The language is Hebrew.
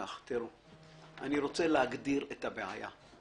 אני רוצה להגדיר את הבעיה,